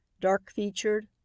Dark-featured